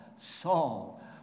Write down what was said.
Saul